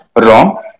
wrong